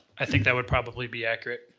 i think that would probably be accurate.